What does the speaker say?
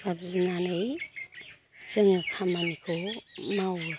बा बिनानै जोङो खामानिखौ मावो